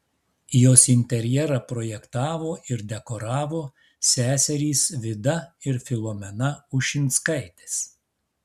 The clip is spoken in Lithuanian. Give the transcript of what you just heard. jos interjerą projektavo ir dekoravo seserys vida ir filomena ušinskaitės